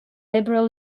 liberal